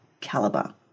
caliber